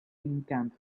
encampment